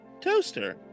Toaster